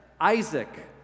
Isaac